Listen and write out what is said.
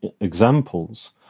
examples